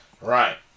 Right